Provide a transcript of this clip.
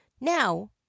now